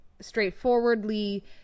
straightforwardly